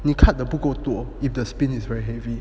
你 cut 得不够多 if the spin is very heavy